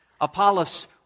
Apollos